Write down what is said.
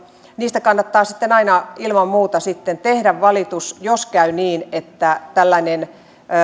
niistä kannattaa aina ilman muuta sitten tehdä valitus jos käy niin että tällainen